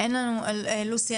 לוסי,